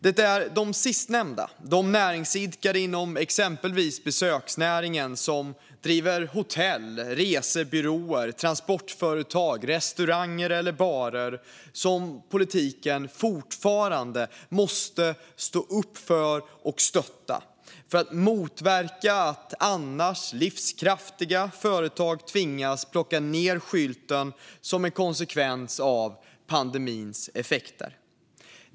Det är de sistnämnda, näringsidkare inom exempelvis besöksnäringen som driver hotell, resebyråer, transportföretag, restauranger eller barer, som politiken fortfarande måste stå upp för och stötta för att motverka att annars livskraftiga företag som en konsekvens av pandemins effekter tvingas plocka ned skylten.